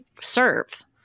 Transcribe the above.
serve